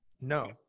No